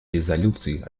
резолюций